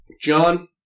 John